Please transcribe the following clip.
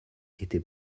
était